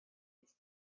its